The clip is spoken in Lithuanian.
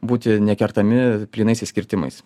būti nekertami plynaisiais kirtimais